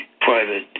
private